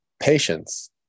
patience